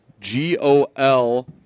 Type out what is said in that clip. G-O-L